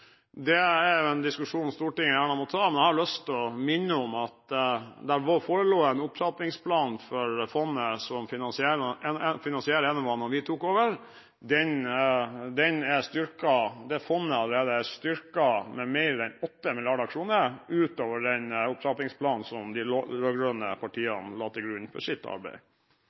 Det er en diskusjon Stortinget gjerne må ta, men jeg har lyst til å minne om at det forelå en opptrappingsplan for fondet som finansierer Enova, da vi tok over. Det fondet er allerede styrket med mer enn 8 mrd. kr utover den opptrappingsplanen de rød-grønne partiene la til grunn for sitt arbeid.